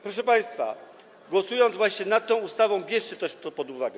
Proszę państwa, głosując właśnie nad tą ustawą, bierzcie też to pod uwagę.